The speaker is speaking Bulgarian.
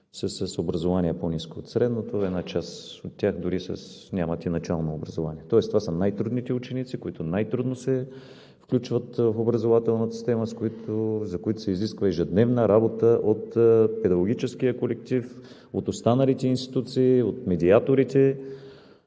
с образование по-ниско от средното, една част от тях дори нямат и начално образование, тоест това са най-трудните ученици, които най-трудно се включват в образователната система, за които се изисква ежедневна работа от педагогическия колектив, от останалите институции, от медиаторите.